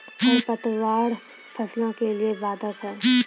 खडपतवार फसलों के लिए बाधक हैं?